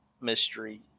mystery